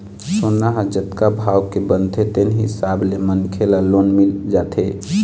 सोना ह जतका भाव के बनथे तेन हिसाब ले मनखे ल लोन मिल जाथे